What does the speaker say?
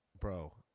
bro